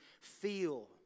feel